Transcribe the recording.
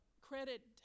credit